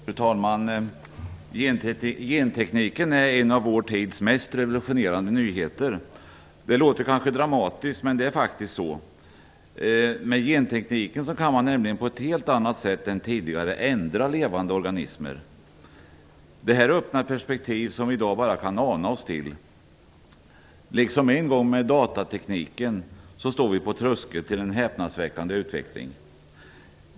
Fru talman! Gentekniken är en av vår tids mest revolutionerande nyheter. Det låter kanske dramatiskt, men det är faktiskt så. Med gentekniken kan man nämligen på ett helt annat sätt än tidigare ändra levande organismer. Detta öppnar perspektiv som vi i dag bara kan ana oss till. Liksom en gång med datatekniken står vi på tröskeln till en häpnadsväckande utveckling.